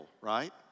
right